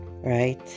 Right